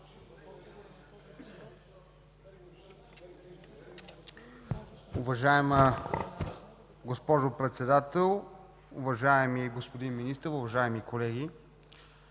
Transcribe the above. Уважаема госпожо Председател, уважаеми господин Министър, уважаеми колеги.